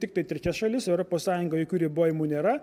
tiktai trečias šalis europos sąjungoj jokių ribojimų nėra